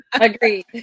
Agreed